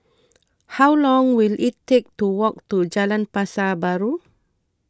how long will it take to walk to Jalan Pasar Baru